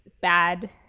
bad